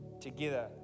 together